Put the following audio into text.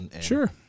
Sure